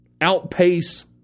outpace